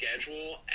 schedule